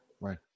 right